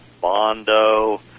Bondo